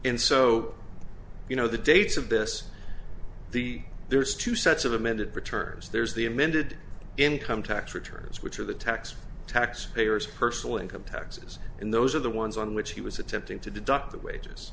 and so you know the dates of this the there's two sets of amended returns there's the amended income tax returns which are the tax tax payers personal income taxes and those are the ones on which he was attempting to deduct the wages